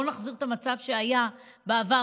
בואו נחזיר את המצב שהיה בעבר,